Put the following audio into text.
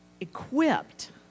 equipped